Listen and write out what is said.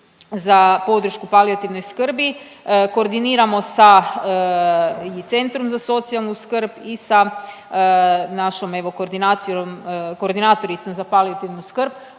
za podršku palijativnoj skrbi, koordiniramo sa Centrom za socijalnu skrb i sa našom evo koordinacijom, koordinatoricom za palijativnu skrb